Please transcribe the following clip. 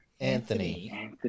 Anthony